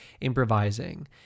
improvising